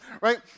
right